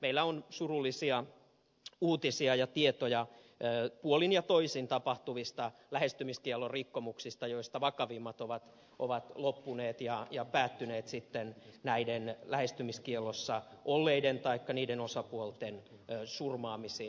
meillä on surullisia uutisia ja tietoja puolin ja toisin tapahtuvista lähestymiskiellon rikkomuksista joista vakavimmat ovat loppuneet ja päättyneet sitten näiden lähestymiskiellon osapuolten surmaamisiin